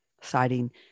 citing